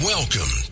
Welcome